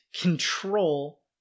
control